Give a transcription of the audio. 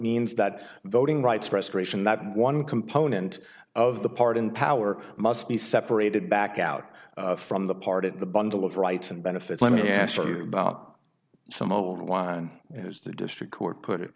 means that voting rights restoration that one component of the pardon power must be separated back out from the part of the bundle of rights and benefits let me ask you about some old wine as the district court put it